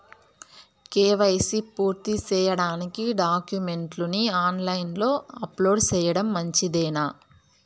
KYC పూర్తి సేయడానికి డాక్యుమెంట్లు ని ఆన్ లైను లో అప్లోడ్ సేయడం మంచిదేనా?